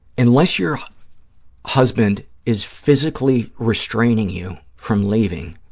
unless your husband is physically restraining you from leaving,